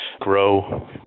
grow